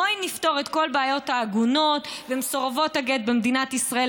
בואי נפתור את כל בעיות העגונות ומסורבות הגט במדינת ישראל,